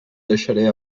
deixaré